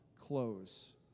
close